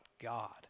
God